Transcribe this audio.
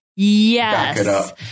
Yes